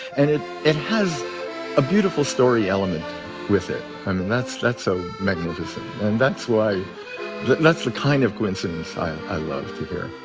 and it it has a beautiful story element with it. i mean, that's that's so magnificent. and that's why that's the kind of coincidence i love to hear